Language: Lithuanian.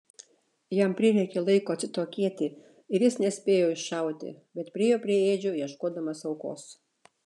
jam prireikė laiko atsitokėti ir jis nespėjo iššauti bet priėjo prie ėdžių ieškodamas aukos